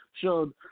showed